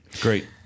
Great